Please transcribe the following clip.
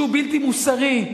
שהוא בלתי מוסרי,